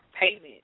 payment